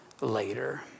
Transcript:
later